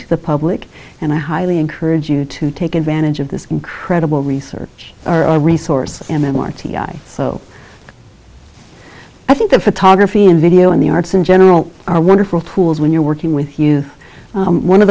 to the public and i highly encourage you to take advantage of this incredible research our resources m m r t i so i think the photography and video and the arts in general are wonderful tools when you're working with you one of